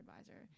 advisor